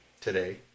Today